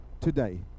today